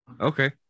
Okay